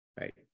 right